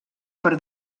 per